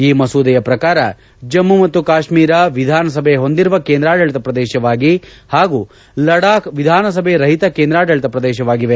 ಈ ಮಸೂದೆಯ ಪ್ರಕಾರ ಜಮ್ಮ ಮತ್ತು ಕಾಶ್ಮೀರ ವಿಧಾನಸಭೆ ಹೊಂದಿರುವ ಕೇಂದ್ರಾಡಳಿತ ಪ್ರದೇಶವಾಗಿ ಹಾಗೂ ಲಡಾಖ್ ವಿಧಾನಸಭೆ ರಹಿತ ಕೇಂದ್ರಾಡಳಿತ ಪ್ರದೇಶವಾಗಿವೆ